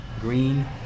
green